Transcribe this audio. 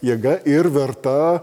jėga ir verta